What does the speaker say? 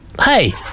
hey